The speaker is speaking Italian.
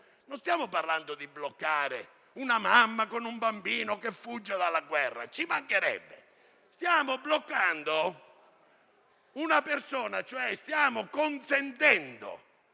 Non stiamo parlando di bloccare una mamma con un bambino che fugge dalla guerra: ci mancherebbe! Stiamo bloccando l'espulsione e consentendo